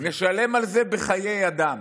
נשלם על זה בחיי אדם: